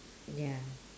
ya